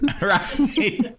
Right